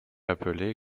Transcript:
appeler